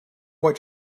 what